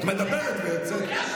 את מדברת ויוצאת.